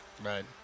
Right